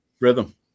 Rhythm